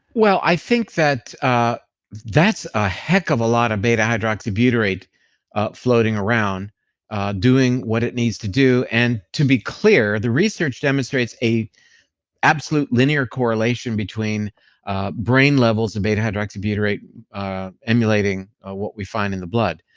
well i think that that's a heck of a lot of beta hydroxybutyrate floating around doing what it needs to do, and to be clear, the research demonstrates a absolute linear correlation between brain levels of and beta hydroxybutyrate emulating what we find in the blood.